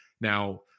now